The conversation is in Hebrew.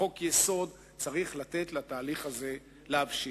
חוק-יסוד, שצריך לתת לתהליך הזה להבשיל.